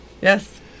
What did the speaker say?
Yes